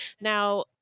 Now